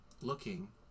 looking